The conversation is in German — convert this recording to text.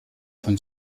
von